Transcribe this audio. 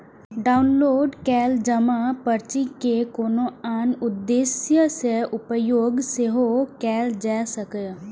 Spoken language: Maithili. डॉउनलोड कैल जमा पर्ची के कोनो आन उद्देश्य सं उपयोग सेहो कैल जा सकैए